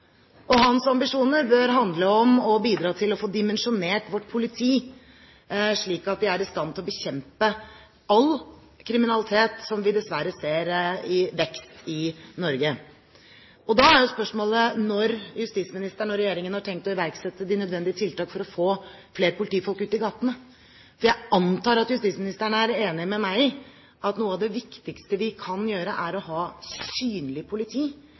Hans ambisjoner bør handle om å bidra til å få dimensjonert vårt politi slik at det er i stand til å bekjempe all kriminalitet, som vi dessverre ser i vekst i Norge. Da er jo spørsmålet når justisministeren og regjeringen har tenkt å iverksette de nødvendige tiltak for å få flere politifolk ute i gatene. Jeg antar at justisministeren er enig med meg i at noe av det viktigste vi kan gjøre, er å ha synlig politi,